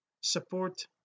support